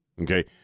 Okay